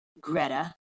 Greta